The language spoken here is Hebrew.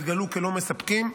התגלו כלא מספקים.